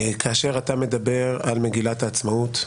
כאשר אתה מדבר על מגילת העצמאות,